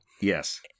Yes